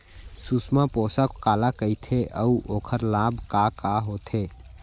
सुषमा पोसक काला कइथे अऊ ओखर लाभ का का होथे?